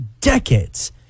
decades